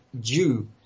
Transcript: Jew